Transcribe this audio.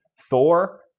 Thor